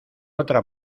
otra